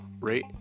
Rate